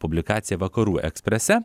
publikacija vakarų eksprese